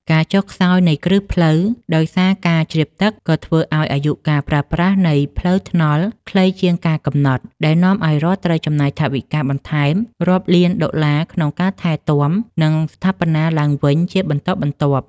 ការចុះខ្សោយនៃគ្រឹះផ្លូវដោយសារការជ្រាបទឹក ក៏ធ្វើឱ្យអាយុកាលប្រើប្រាស់នៃផ្លូវថ្នល់ខ្លីជាងការកំណត់ ដែលនាំឱ្យរដ្ឋត្រូវចំណាយថវិកាបន្ថែមរាប់លានដុល្លារក្នុងការថែទាំ និងស្ថាបនាឡើងវិញជាបន្តបន្ទាប់។